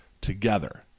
together